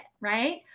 right